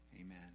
Amen